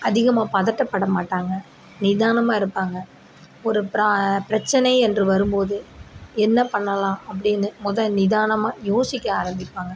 அதிகமாக பதட்டபட மாட்டாங்க நிதானமாக இருப்பாங்க ஒரு பிரச்சனை என்று வரும் போது என்ன பண்ணலாம் அப்படின்னு முதல் நிதானமாக யோசிக்க ஆரம்பிப்பாங்க